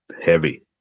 heavy